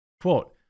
quote